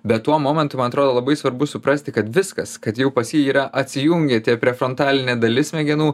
bet tuo momentu man atrodo labai svarbu suprasti kad viskas kad jau pas jį yra atsijungę tie prefrontalinė dalis smegenų